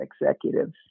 executives